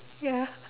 ya